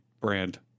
brand